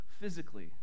physically